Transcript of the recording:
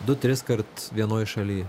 du triskart vienoj šaly